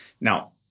Now